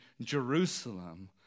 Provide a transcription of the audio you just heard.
Jerusalem